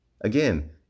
Again